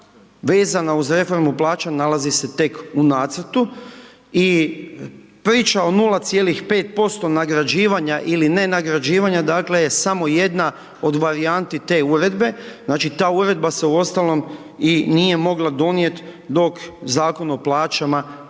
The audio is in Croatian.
vezana uz reformu plaća nalazi se tek u nacrtu. I priča o 0,5% nagrađivanja ili ne nagrađivanja dakle je samo jedna od varijanti te uredbe. Znači ta uredba se uostalom i nije mogla donijeti dok Zakon o plaćama